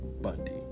Bundy